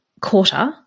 quarter